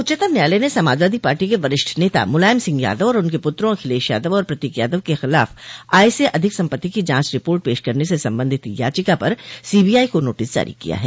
उच्चतम न्यायालय ने समाजवादी पार्टी के वरिष्ठ नेता मुलायम सिंह यादव और उनके पुत्रों अखिलेश यादव और प्रतीक यादव के खिलाफ आय से अधिक संपत्ति की जांच रिपोर्ट पेश करने से संबंधित याचिका पर सीबीआई को नोटिस जारी किया है